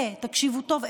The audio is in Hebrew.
ותקשיבו טוב,